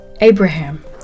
Abraham